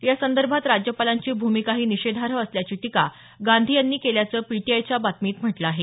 या संदर्भात राज्यपालांची भूमिकाही निषेधार्ह असल्याची टीका गांधी त्यांनी केल्याचं पीटीआयच्या बातमीत म्हटलं आहे